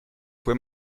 fue